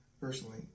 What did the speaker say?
personally